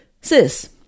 Sis